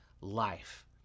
life